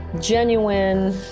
genuine